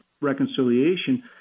reconciliation